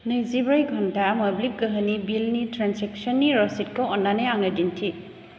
नैजिब्रै घन्टा मोब्लिब गोहोनि बिलनि ट्रेन्जेकसननि रसिदखौ अन्नानै आंनो दिन्थि